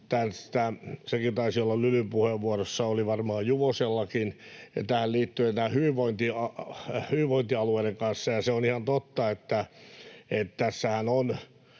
sekin taisi olla Lylyn puheenvuorossa, oli varmaan Juvosellakin — näiden hyvinvointialueiden kanssa. Se on ihan totta, että tässähän on